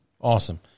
Awesome